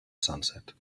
sunset